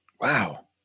Wow